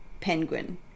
penguin